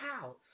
house